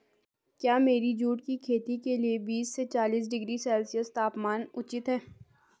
क्या मेरी जूट की खेती के लिए बीस से चालीस डिग्री सेल्सियस तापमान उचित है?